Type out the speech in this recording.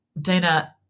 Dana